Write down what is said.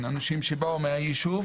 אלה אנשים שבאו מהישוב,